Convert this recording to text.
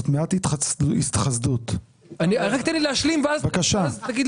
תאפשר לי להשלים ואז תגיד לי.